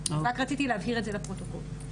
רק רציתי להבהיר את זה לפרוטוקול.